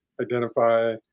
identify